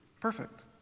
perfect